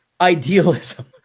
idealism